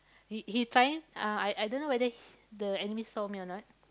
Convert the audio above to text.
he he trying uh I I don't know whether the enemy saw me or not